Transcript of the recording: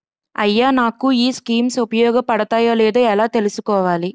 అయ్యా నాకు ఈ స్కీమ్స్ ఉపయోగ పడతయో లేదో ఎలా తులుసుకోవాలి?